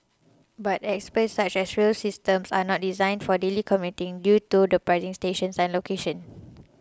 but experts said such rail systems are not designed for daily commuting due to their pricing and station locations